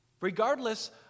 Regardless